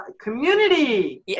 Community